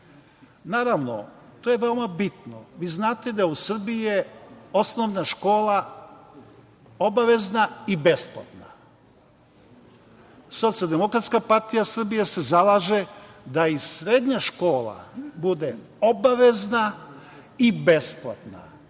Naravno, to je veoma bitno. Vi znate da je u Srbiji je osnovna škola obavezna i besplatna. Socijaldemokratska partija Srbije se zalaže da i srednja škola bude obavezna i besplatna.